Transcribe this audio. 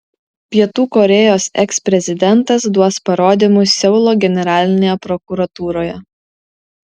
pietų korėjos eksprezidentas duos parodymus seulo generalinėje prokuratūroje